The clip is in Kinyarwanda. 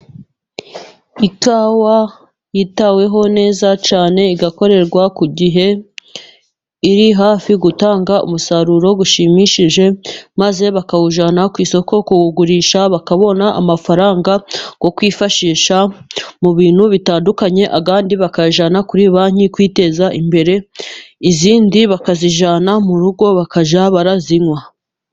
Ikawa yitaweho neza cyae igakorerwa ku gihe, iri hafi gutanga umusaruro ushimishije, maze bakawujyana ku isoko kuwugurisha, bakabona amafaranga yo kwifashisha mu bintu bitandukanye, andi bakayajyana kuri banki kwiteza imbere, izindi bakazijyana mu rugo bakazajya bazinywa.